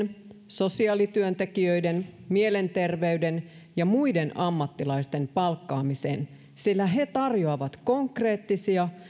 sosiaalityöntekijöiden mielenterveyden ja muiden ammattilaisten palkkaamiseen sillä he tarjoavat konkreettisia